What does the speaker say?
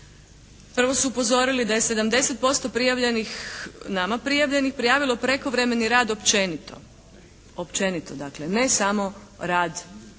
prvo su upozorili da je 70% nama prijavljenih prijavilo prekovremeni rad općenito, ne samo rad